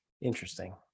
Interesting